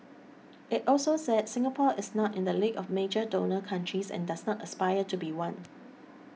it also said Singapore is not in the league of major donor countries and does not aspire to be one